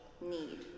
need